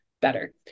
better